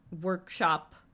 workshop